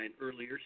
earlier